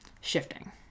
shifting